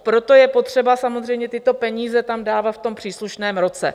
Proto je potřeba samozřejmě tyto peníze tam dávat v tom příslušném roce.